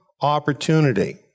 opportunity